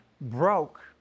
broke